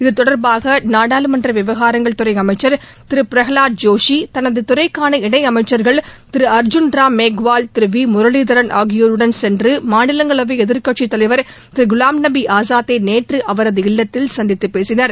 இதுதொடர்பாக நாடாளுமன்ற விவகாரங்கள் துறை அமைச்சர் திரு பிரஹலாத் ஜோஷி தனது துறைக்கான இணையமைச்சா்கள் முரளிதரன் ஆகியோருடன் சென்று மாநிலங்களவை எதிர்க்கட்சித் தலைவர் திரு குவாம்நபி ஆசாத் ஐ நேற்று அவரது இல்லத்தில் சந்தித்து பேசினார்